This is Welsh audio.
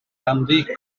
ganddi